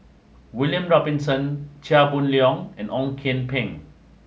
William Robinson Chia Boon Leong and Ong Kian Peng